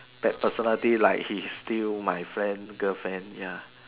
bad personality like he steal my friend girlfriend ya